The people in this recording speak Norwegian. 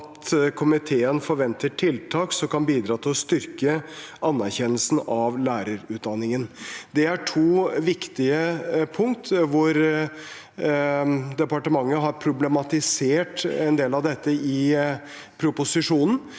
og komiteen forventer tiltak som kan bidra til å styrke anerkjennelsen av lærerutdanningen. Det er to viktige punkt hvor departementet har problematisert en del av dette i proposisjonen,